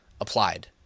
applied